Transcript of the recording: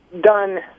done